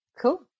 cool